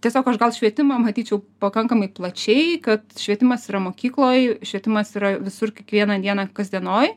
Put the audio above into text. tiesiog aš gal švietimą matyčiau pakankamai plačiai kad švietimas yra mokykloj švietimas yra visur kiekvieną dieną kasdienoj